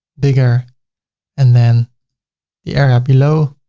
bigger and then the area below,